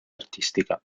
artistica